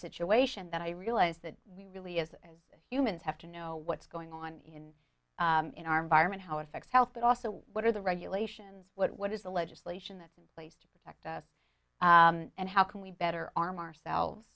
situation then i realized that we really is as humans have to know what's going on in in our environment how affects health but also what are the regulations what what is the legislation that's in place to protect us and how can we better arm ourselves